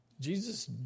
Jesus